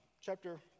chapter